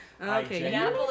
Okay